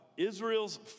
Israel's